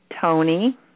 Tony